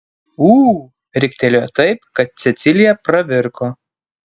ū riktelėjo taip kad cecilija pravirko